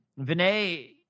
Vinay